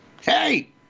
hey